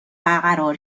برقرار